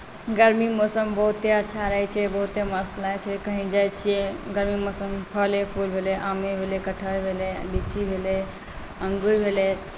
गर्मी मौसम बहुते अच्छा रहैत छै बहुते मस्त लागैत छै कहीँ जाइत छियै गर्मी मौसममे फले फूल भेलै आमे भेलै कटहर भेलै लीची भेलै अङ्गूर भेलै